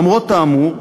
למרות האמור,